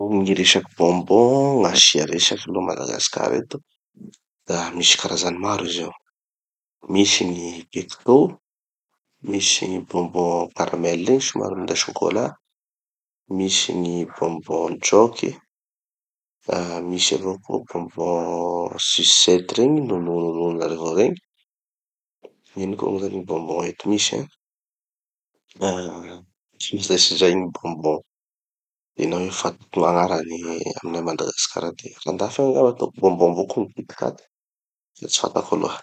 No gny resaky bonbons gn'asia resaky no a madagasikara eto, da misy karazany maro izy io: misy gny pecto, misy gny bonbons caramel regny somary minday chocolat, misy gny bonbons joke, ah misy avao koa bonbons sucettes nonononona avao regny, ino koa zany gny bonbons mety misy an. Ah izay sy zay gny bonbons. <glitch>fa gn'agnarany aminay a madagasikara aty. Andafy agny angamba ataoko bonbons avao koa gny kitkat. Fa tsy fantako aloha.